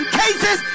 cases